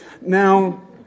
Now